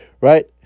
right